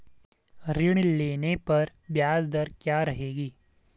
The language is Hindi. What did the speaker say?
ऋण लेने पर ब्याज दर क्या रहेगी?